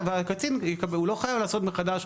הקצין לא חייב לעשות מחדש,